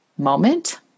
moment